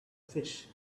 fish